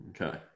Okay